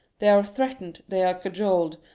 they are threatened, they are cajoled,